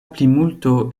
plimulto